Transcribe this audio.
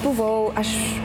buvau aš